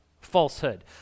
falsehood